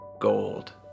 Gold